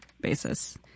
basis